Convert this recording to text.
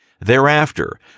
Thereafter